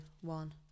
one